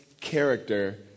character